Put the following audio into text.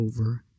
over